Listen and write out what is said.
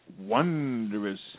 wondrous